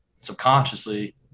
subconsciously